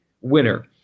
winner